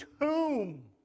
tomb